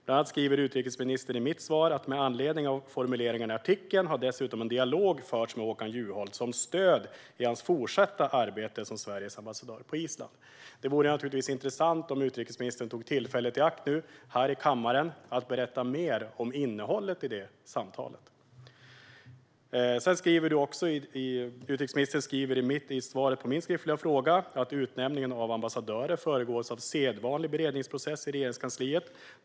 Bland annat skriver utrikesministern: "Med anledning av formuleringarna i artikeln har dessutom en dialog förts med Håkan Juholt som stöd i hans fortsatta arbete som Sveriges ambassadör på Island." Det vore naturligtvis intressant om utrikesministern nu tog tillfället i akt att här i kammaren berätta mer om innehållet i det samtalet. Utrikesministern skriver vidare i sitt svar till mig: "Utnämningen av ambassadörer föregås av en sedvanlig beredningsprocess i Regeringskansliet.